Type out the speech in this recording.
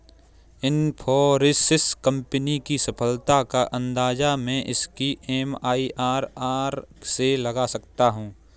Infosys company की सफलता का अंदाजा मैं इसकी एम.आई.आर.आर से लगा सकता हूँ